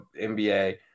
NBA